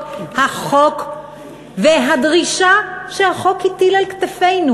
החוק והדרישה שהחוק הטיל על כתפינו,